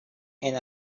and